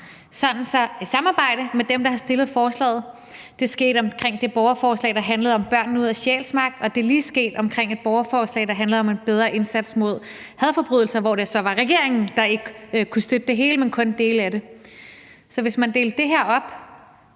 delt op i samarbejde med dem, der har fremsat forslagene. Det skete med det borgerforslag, der handlede om at få børnene ud af Sjælsmark, og det er lige sket med et borgerforslag, der handler om en bedre indsats mod hadforbrydelser, hvor det så var regeringen, der ikke kunne støtte det hele, men kun dele af det. Så hvis man delte det her op,